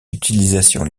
utilisations